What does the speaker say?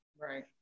right